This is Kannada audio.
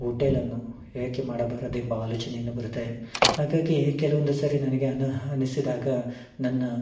ಹೋಟೆಲನ್ನು ಏಕೆ ಮಾಡಬಾರದೆಂಬ ಆಲೋಚನೇಯೂ ಬರುತ್ತೆ ಹಾಗಾಗಿ ಕೆಲವೊಂದು ಸರಿ ನನಗೆ ಅನ ಅನಿಸಿದಾಗ ನನ್ನ